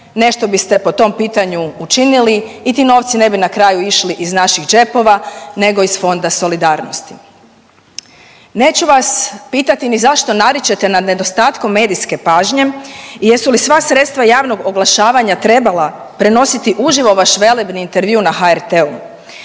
nešto biste po tom pitanju učinili i ti novci ne bi na kraju išli iz naših džepova nego iz Fonda solidarnosti. Neću pitati ni zašto naričete nad nedostatkom medijske pažnje i jesu li sva sredstva javnog oglašavanja trebala prenositi uživo vaš velebni intervju na HRT-u.